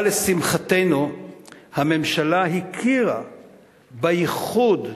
אבל לשמחתנו הממשלה הכירה בייחוד,